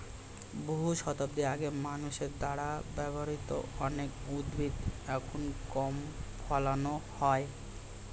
বহু শতাব্দী আগে মানুষের দ্বারা ব্যবহৃত অনেক উদ্ভিদ এখন কম ফলানো হয়